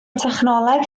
technoleg